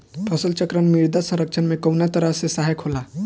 फसल चक्रण मृदा संरक्षण में कउना तरह से सहायक होला?